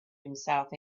himself